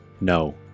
No